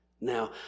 Now